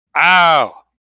Ow